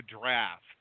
draft